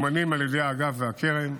ממומנים על ידי האגף והקרן,